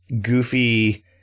goofy